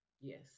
Yes